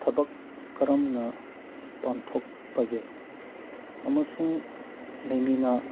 ꯊꯕꯛ ꯀꯔꯝꯅ ꯄꯥꯡꯊꯣꯛꯄꯒꯦ ꯑꯃꯁꯨꯡ